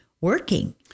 working